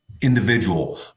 individual